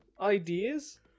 ideas